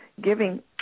giving